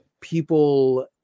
people